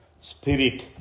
spirit